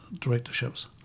directorships